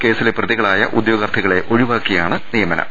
കേസിലെ പ്രതികളായ ഉദ്യോഗാർത്ഥികളെ ഒഴിവാക്കിയാണ് നിയമനം